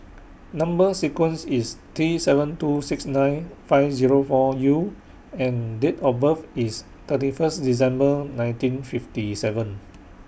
Number sequence IS T seven two six nine five Zero four U and Date of birth IS thirty First December nineteen fifty seven